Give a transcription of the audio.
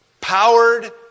Powered